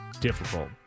difficult